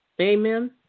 Amen